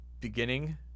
beginning